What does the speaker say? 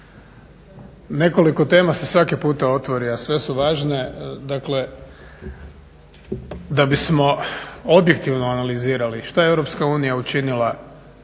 Nekoliko tema se svaki puta otvori, a sve su važne. Dakle da bismo objektivno analizirali što je EU učinila